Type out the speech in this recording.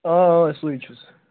اۭں اۭں سُے چھُس